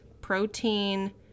protein